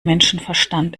menschenverstand